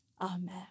Amen